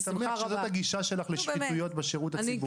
אני שמח שזאת הגישה שלך לשחיתויות בשירות הציבורי.